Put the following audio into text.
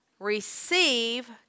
Receive